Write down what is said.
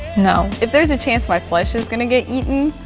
no. if there's a chance my flesh is gonna get eaten,